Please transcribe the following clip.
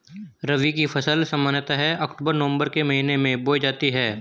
रबी की फ़सल सामान्यतः अक्तूबर नवम्बर के महीने में बोई जाती हैं